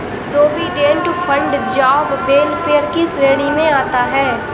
provident fund job welfare की श्रेणी में आता है